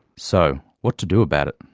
so what to do about it?